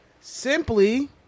Simply